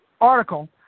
article